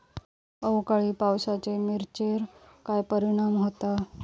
अवकाळी पावसाचे मिरचेर काय परिणाम होता?